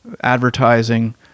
advertising